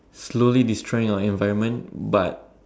slowly destroying our environment but